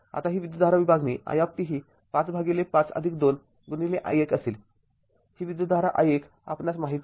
आता ही विद्युतधारा विभागणी i ही ५ भागिले ५२ i१ असेल ही विद्युतधारा i१ आपणास माहीत आहे